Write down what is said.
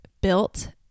built